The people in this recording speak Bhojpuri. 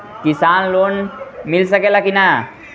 किसान लोन मिल सकेला कि न?